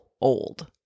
old